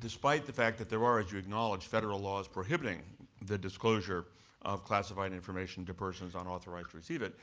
despite the fact that there are, as you acknowledged, federal laws prohibiting the disclosure of classified information to persons authorized to receive it,